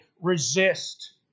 Resist